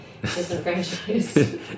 disenfranchised